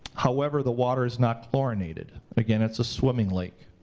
however, the water is not chlorinated. again, it's a swimming lake.